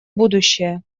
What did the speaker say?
будущее